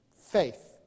Faith